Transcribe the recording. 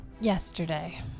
Yesterday